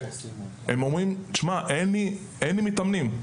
הם אומרים אין לי מתאמנים.